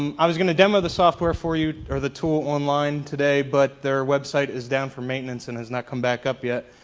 um i was gonna demo the software for you or the tool online today, but their website is down for maintenance and has not come back up yet.